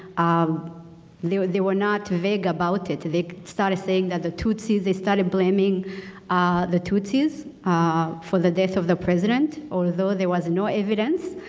um they were not vague about it they started saying that the tsotsis, they started blaming the tsotsis ah for the death of the president. although there was no evidence